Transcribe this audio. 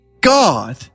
God